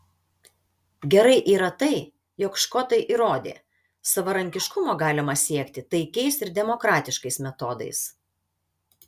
gerai yra tai jog škotai įrodė savarankiškumo galima siekti taikiais ir demokratiškais metodais